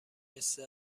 مثل